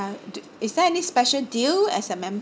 uh d~ is there any special deal as a member